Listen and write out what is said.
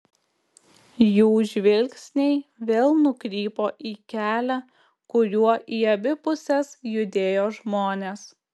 jų žvilgsniai vėl nukrypo į kelią kuriuo į abi puses judėjo žmonės